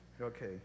Okay